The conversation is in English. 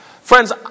Friends